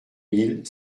mille